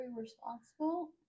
responsible